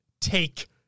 take